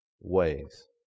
ways